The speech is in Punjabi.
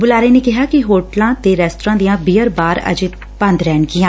ਬੁਲਾਰੇ ਨੇ ਕਿਹੈ ਕੋ ਹੋਟਲਾਂ ਤੇ ਰੇਸਤਰਾਂ ਦੀਆਂ ਬੀਅਰ ਬਾਰ ਅਜੇ ਬੰਦ ਰਹਿਣਗੀਆਂ